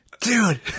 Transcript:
Dude